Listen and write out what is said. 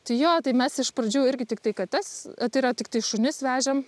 tai jo tai mes iš pradžių irgi tiktai kates tai yra tiktai šunis vežėm